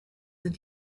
than